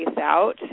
out